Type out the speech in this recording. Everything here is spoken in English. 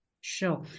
Sure